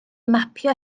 mapio